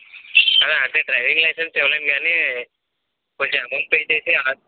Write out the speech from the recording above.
అదే driving licence ఇవ్వలేను కాని కొంచెం అమౌంట్ పే చేసి అలా